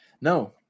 No